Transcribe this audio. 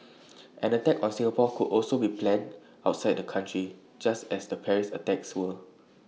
an attack on Singapore could also be planned outside the country just as the Paris attacks were